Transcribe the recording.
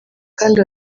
kandi